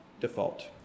default